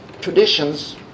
traditions